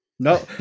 No